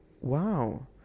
wow